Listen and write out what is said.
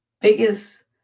biggest